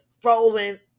frozen